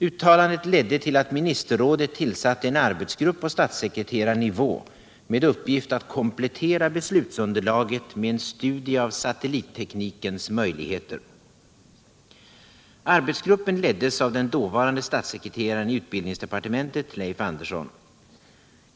Uttalandet ledde till att ministerrådet tillsatte en arbetsgrupp på statssekreterarnivå med uppgift att komplettera beslutsunderlaget med en studie av satellitteknikens möjligheter. Arbetsgruppen leddes av den dåvarande statssekreteraren i utbildningsdepartementet, Leif Andersson.